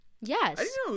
Yes